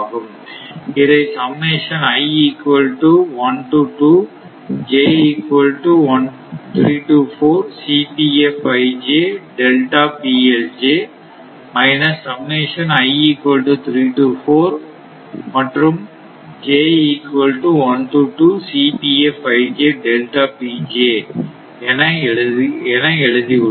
இதை summation i equal to 1 to 2 j equal to 3 to 4 Cpf i j delta PLj minus summation i equal to 3 to 4 மற்றும் j equal to 1 to 2 Cpf i j delta PLj என எழுதியுள்ளேன்